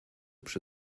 przy